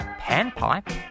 Panpipe